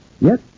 Yes